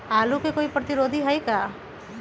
आलू के कोई प्रतिरोधी है का?